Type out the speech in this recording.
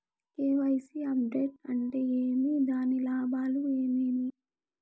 KYC update అంటే ఏమి? దాని లాభాలు ఏమేమి?